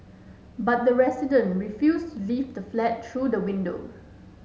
but the resident refused to leave the flat through the window